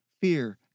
fear